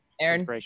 Aaron